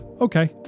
Okay